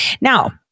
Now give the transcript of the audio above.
Now